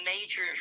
major